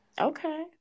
okay